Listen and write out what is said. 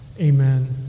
Amen